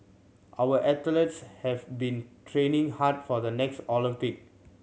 our athletes have been training hard for the next Olympic